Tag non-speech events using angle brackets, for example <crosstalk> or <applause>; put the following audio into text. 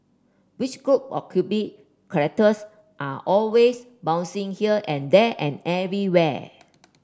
which group of <unintelligible> characters are always bouncing here and there and everywhere